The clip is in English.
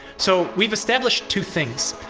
so, we've established two things.